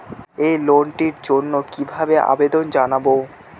এই লোনটির জন্য কিভাবে আবেদন জানাবো?